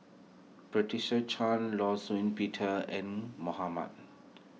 Patricia Chan Law Shau Peter and Mohamad